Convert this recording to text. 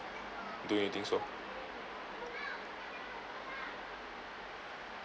don't you think so